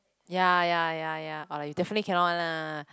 ya ya ya ya oh you definitely cannot lah